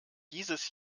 dieses